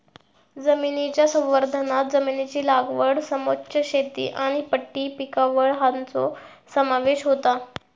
जमनीच्या संवर्धनांत जमनीची लागवड समोच्च शेती आनी पट्टी पिकावळ हांचो समावेश होता